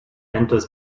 enters